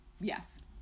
yes